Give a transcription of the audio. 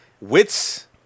wits